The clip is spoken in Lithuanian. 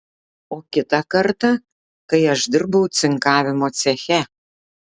o kitą kartą kai aš dirbau cinkavimo ceche